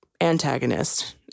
antagonist